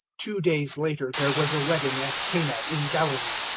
two days later there was a wedding at cana in galilee,